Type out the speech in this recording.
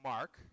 Mark